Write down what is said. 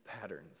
patterns